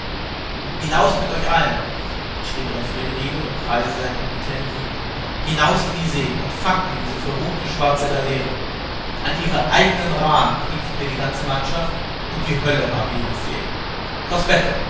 hinaus mit euch allen schrie don federigo im kreise seiner kapitäne wütend hinaus in die see und fangt mir diese verruchte schwarze galeere an ihre eigenen rahn knüpft mir die ganze mannschaft und die hölle habe ihre seelen